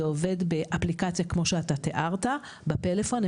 זה עובד באפליקציה כמו שאתה תיארת, בפלאפון.